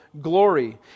glory